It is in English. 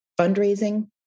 Fundraising